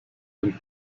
den